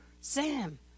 Sam